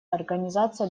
организации